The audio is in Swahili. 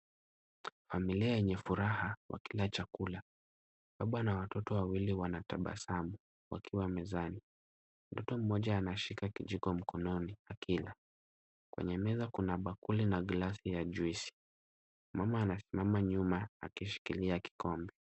Familia yenye furaha wakila chakula. Baba na watoto wawili wanatabasamu wakiwa mezani. Mtoto mmoja anashika kijiko mkononi akila. Kwenye meza kuna bakuli na glasi ya juice . Mama anasimama nyuma akishikilia kikombe.